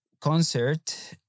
concert